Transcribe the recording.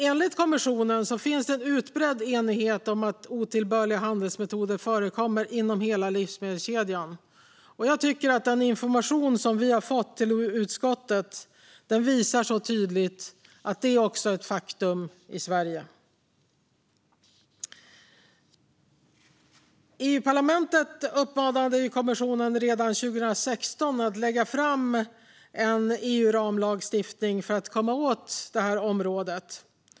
Enligt kommissionen finns det en bred enighet om att otillbörliga handelsmetoder förekommer inom hela livsmedelskedjan, och jag tycker att den information som vi har fått till utskottet tydligt visar att det är ett faktum också i Sverige. Förbud mot otill-börliga handels-metoder vid köp av jordbruks och livsmedelsprodukter I parlamentet uppmanade vi redan 2016 kommissionen att lägga fram en EU-ramlagstiftning för att komma åt det här området.